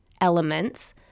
elements